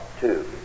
Two